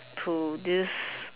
to this